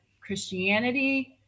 Christianity